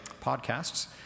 podcasts